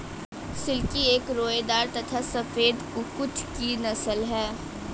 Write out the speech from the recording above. silkie एक रोएदार तथा सफेद कुक्कुट की नस्ल है